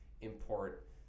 import